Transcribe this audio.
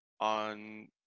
on